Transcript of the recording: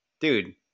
dude